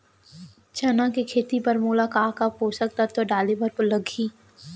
चना के खेती बर मोला का का पोसक तत्व डाले बर लागही?